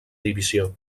divisió